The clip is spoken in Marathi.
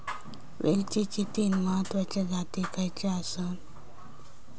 वेलचीचे तीन महत्वाचे जाती खयचे आसत?